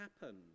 happen